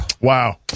Wow